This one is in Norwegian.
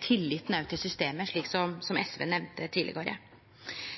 tilliten til systemet, slik som SV nemnde tidlegare.